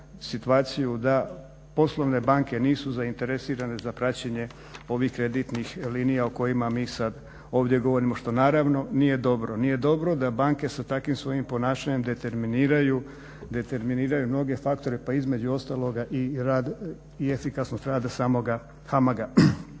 situaciju da poslovne banke nisu zainteresirane za praćenje ovih kreditnih linija o kojima mi sad ovdje govorimo što naravno nije dobro. Nije dobro da banke sa takvim svojim ponašanjem determiniraju mnoge faktore, pa između ostaloga i rad i efikasnost rada samoga HAMAG-a.